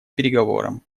переговорам